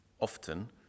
often